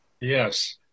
Yes